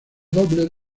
dobles